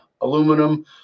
aluminum